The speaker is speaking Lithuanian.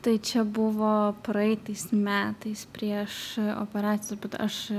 tai čia buvo praeitais metais prieš operaciją bet aš